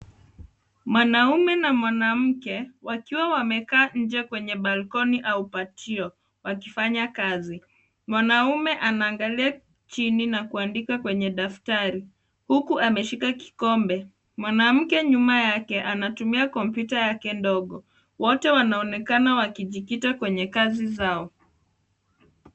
Mwanaume na mwanamke wakiwa wamekaa nje kwenye balkoni au pajio wakifanya kazi. Mwanaume anaangalia chini na kuandika kwenye daftari huku ameshika kikombe. Mwanamke nyuma yake anatumia kompyuta yake ndogo. Wote wanaonekana wakijikita kwenye kazi zao.